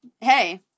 Hey